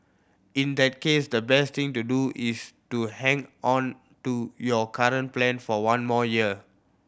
in that case the best thing to do is to hang on to your current plan for one more year